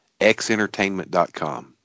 XEntertainment.com